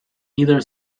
either